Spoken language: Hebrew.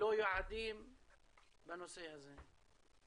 וללא יעדים בנושא הזה?